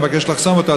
מבקש לחסום אותו,